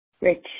rich